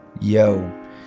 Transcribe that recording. Yo